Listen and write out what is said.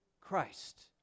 Christ